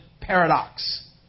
paradox